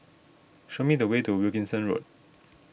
show me the way to Wilkinson Road